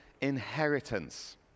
inheritance